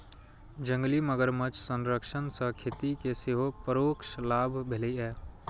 जंगली मगरमच्छ संरक्षण सं खेती कें सेहो परोक्ष लाभ भेलैए